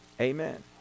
Amen